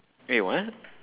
wait what